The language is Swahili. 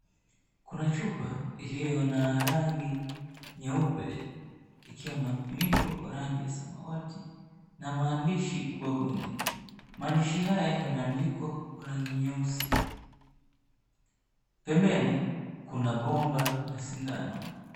Kuna chupa iliyo na rangi nyeupe. Likiwa kifuniko ya rangi ya samawati na maandishi ubavuni. Maanddishi haya yameandikwa kwa rangi nyeusi. Pembeni kuna bomba la sindano.